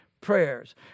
prayers